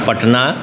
Patna